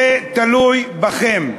זה תלוי בכם.